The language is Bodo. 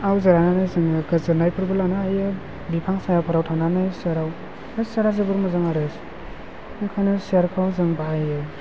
बेफोराव जिरायनानै जों गोजोननायफोरबो लानो हायो बिफां सायाफोराव थांनानै सियाराव ओंखायनो सियारा जोबोर मोजां आरो बेखायनो सियारखौ जों बाहायो